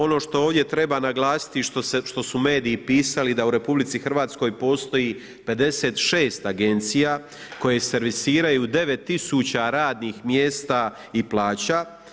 Ono što ovdje treba naglasiti, što su mediji pisali, da u RH postoji 56 agencija koja servisiraju 9000 radnih mjesta i plaća.